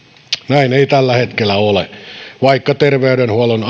näin ei tällä hetkellä ole vaikka terveydenhuollon